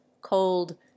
cold